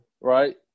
right